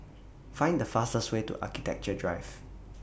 Find The fastest Way to Architecture Drive